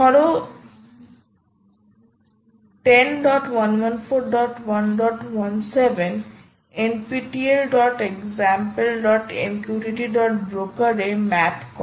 ধরো 10114117 nptelexamplemqttbroker এ map করে